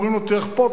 ואומרים לו תלך פה,